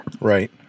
Right